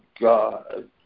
God